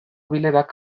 bilerak